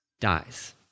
dies